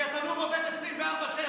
כי התנור עובד 24/7,